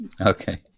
okay